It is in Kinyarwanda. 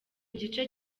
gice